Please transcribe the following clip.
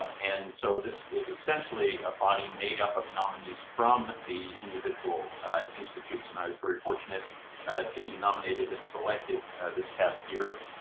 and so this is essentially a body made up of nominees from the individual institute's and i was very fortunate to be nominated and selected this past year.